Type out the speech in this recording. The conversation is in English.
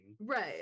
Right